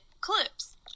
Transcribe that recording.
Clips